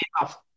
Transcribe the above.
enough